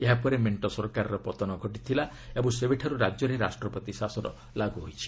ଏହାପରେ ମେଣ୍ଟ ସରକାରର ପତନ ଘଟିଥିଲା ଓ ସେବେଠାରୁ ରାଜ୍ୟରେ ରାଷ୍ଟ୍ରପତି ଶସନ ଲାଗୁ ହୋଇଛି